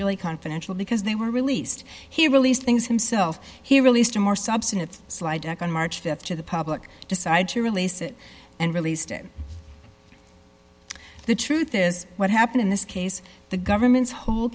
really confidential because they were released he released things himself he released a more substantive slide back on march th to the public decide to release it and released it the truth is what happened in this case the government's whole